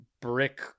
brick